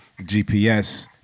GPS